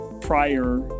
prior